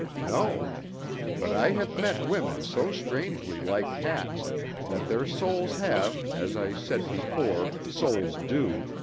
no but i have met women so strangely like cats that their souls have, as i said before souls do,